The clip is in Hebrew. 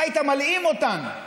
אתה היית מלאים אותן,